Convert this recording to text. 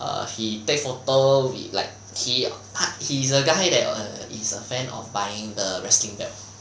err he take photo he like he 他 he's a guy that err he's a fan of buying the wrestling belt